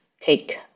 take